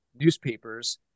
newspapers